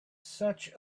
such